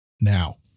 now